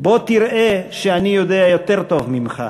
בוא תראה שאני יודע יותר טוב ממך.